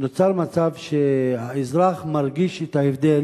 נוצר מצב שהאזרח מרגיש את ההבדל